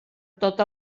tot